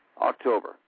October